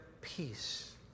peace